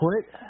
put